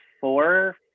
four